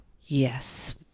Yes